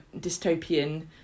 dystopian